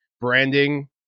branding